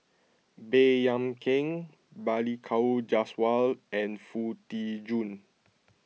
Baey Yam Keng Balli Kaur Jaswal and Foo Tee Jun